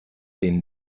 denen